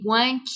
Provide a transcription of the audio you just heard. one